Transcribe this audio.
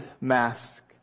mask